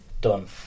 Done